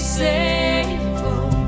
safe